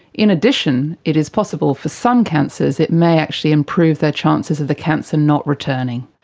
in addition it is possible for some cancers it may actually improve their chances of the cancer not returning.